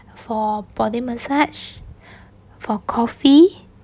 for body massage for coffee